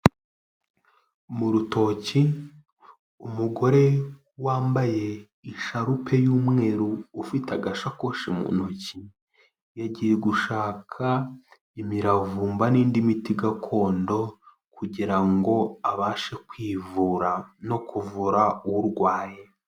Mu rutoki, umugore wambaye isharupe y'umweru ufite agasakoshi mu ntoki, yagiye gushaka imiravumba n'indi miti gakondo kugira ngo abashe kwivura no kuvura urwaye.